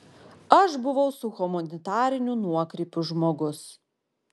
aš buvau su humanitariniu nuokrypiu žmogus